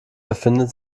befindet